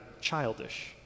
childish